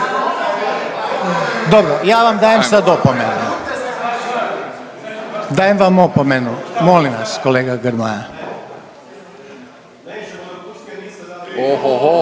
Dobro, ja vam dajem sad opomenu. Dajem vam opomenu, molim vas, kolega Grmoja.